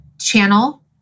channel